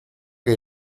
que